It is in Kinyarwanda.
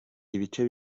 ibice